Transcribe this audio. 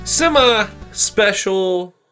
Semi-special